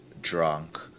drunk